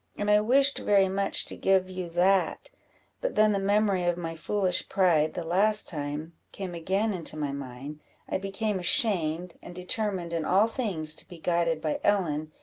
and i wished very much to give you that but then the memory of my foolish pride, the last time, came again into my mind i became ashamed, and determined in all things to be guided by ellen,